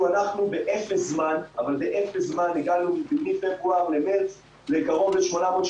אנחנו בקשר כל הזמן עם יו"ר המגזר העסקי לדוגמה,